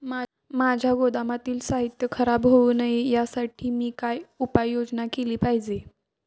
माझ्या गोदामातील साहित्य खराब होऊ नये यासाठी मी काय उपाय योजना केली पाहिजे?